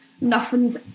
Nothing's